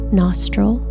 nostril